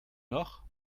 noch